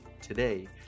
today